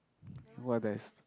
what there's